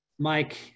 Mike